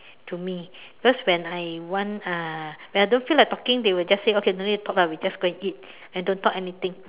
to me because when I want uh when I don't feel like talking they will just say okay don't need talk ah we just go and eat and don't to talk anything